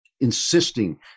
insisting